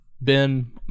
Ben